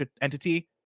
entity